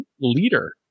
Leader